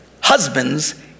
husbands